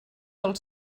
del